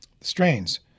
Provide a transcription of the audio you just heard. strains